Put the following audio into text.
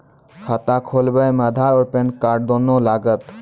खाता खोलबे मे आधार और पेन कार्ड दोनों लागत?